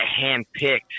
handpicked